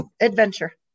adventure